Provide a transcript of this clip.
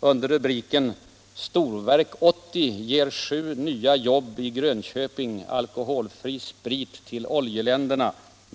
under rubriken Storverk 80 ger sju nya jobb i Grönköping! Alkoholfri sprit till oljeländerna!